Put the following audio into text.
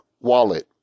wallet